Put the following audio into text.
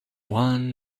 one